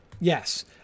Yes